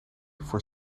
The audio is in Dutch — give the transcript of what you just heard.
voor